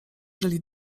żyli